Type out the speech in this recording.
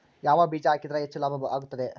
ಯಾವ ಬೇಜ ಹಾಕಿದ್ರ ಹೆಚ್ಚ ಲಾಭ ಆಗುತ್ತದೆ?